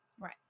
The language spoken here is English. Right